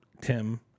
Tim